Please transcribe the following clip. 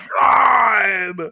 God